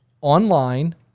online